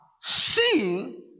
seeing